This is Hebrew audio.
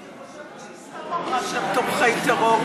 אני חושבת שהיא סתם אמרה שהם תומכי טרור,